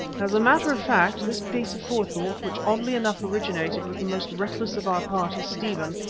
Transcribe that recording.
as a matter of fact, this piece of forethought, which oddly enough originated with the most reckless of our party, stephen,